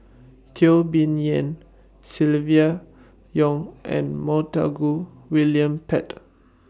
Teo Bee Yen Silvia Yong and Montague William Pett